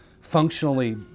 functionally